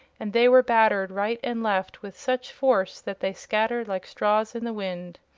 and they were battered right and left with such force that they scattered like straws in the wind.